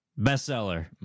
bestseller